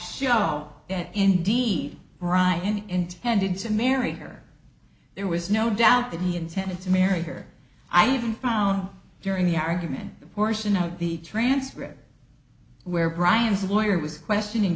show that indeed brian intended to marry her there was no doubt that he intended to marry her i even found during the argument the portion of the transcript where brian's lawyer was questioning